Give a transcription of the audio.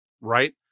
right